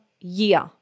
year